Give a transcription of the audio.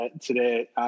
today